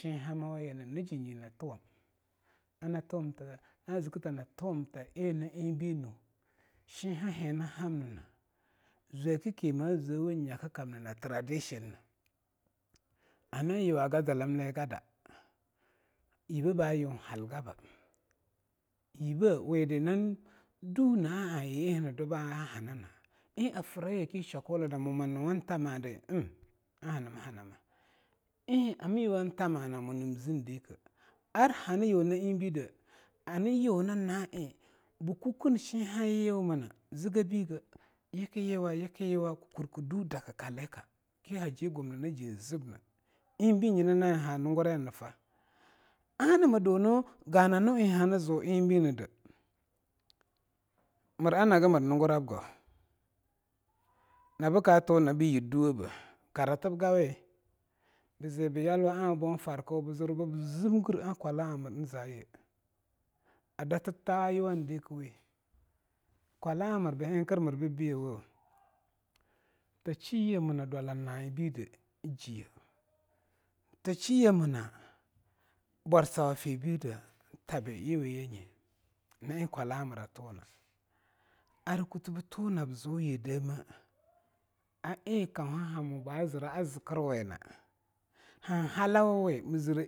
Shenhamayinan njinye n tuwam, an tuwamta na zk ei ta tuwam ta eing na eingbei nu shenhahenahamnna zwekki ma zwewe nnyakakamna na traditiona, ayuwaga zimligada yibea ba yunhalgaba, yibea wid a na duna'a aye eing haduba ahanana, afra yeke shwakolida mo mnyuwan tamada emm a hanmahanama, eing amyuwantamana mo nam zndikei ar hanyu na eingbeide bkukkeen shenhayiwa zge bige, yikyewa, yikyewa kkurkdudakkalika ki aji gumnina jinzbne eingbei nyina na'a eing ha nunguraina nfa. Ana mdun gananu'eing hanziu eingbei nde, mranahagmr nungurab go na bkatuna byibduwebe karatb gawi? byalwa aaa bofarka babzimgir aaa mra a datr twa'ayuwan dikwi? kwala'a mr bhenkr mr bbyewo ta shiye mona dwalan na'a bide jiye, ta shiye mona bwarse fibidie tabi na eing kwala mra tuna. Ar kute bto nab ziuye demeih, a'eing kauhahamo ba zra zkrwena hanhala wawi mzre.